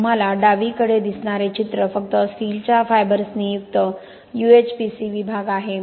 तुम्हाला डावीकडे दिसणारे चित्र फक्त स्टीलच्या फायबर्संनी युक्त UHPC विभाग आहे